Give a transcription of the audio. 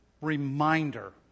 reminder